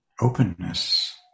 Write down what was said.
openness